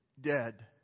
dead